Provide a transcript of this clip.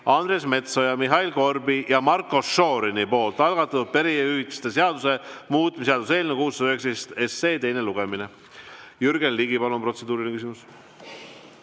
Andres Metsoja, Mihhail Korbi ja Marko Šorini algatatud perehüvitiste seaduse muutmise seaduse eelnõu (619 SE) teine lugemine. Jürgen Ligi, palun, protseduuriline küsimus!